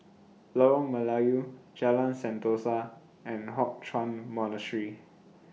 Lorong Melayu Jalan Sentosa and Hock Chuan Monastery